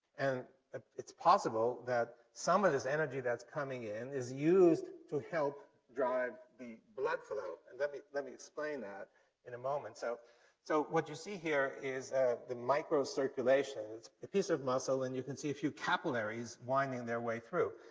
and ah it's possible that some of this energy that's coming in is used to help drive the blood flow. and let me explain that in a moment. so so what you see here is the microcirculation, it's a piece of muscle, and you can see a few capillaries winding their way through.